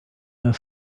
have